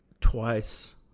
twice